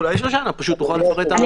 אולי שושנה תוכל לפרט,